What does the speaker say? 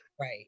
Right